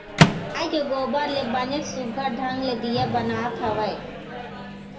गाय के गोबर ले बनेच सुग्घर ढंग ले दीया बनात हवय